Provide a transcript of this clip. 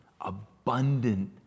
abundant